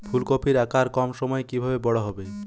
ফুলকপির আকার কম সময়ে কিভাবে বড় হবে?